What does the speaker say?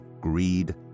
greed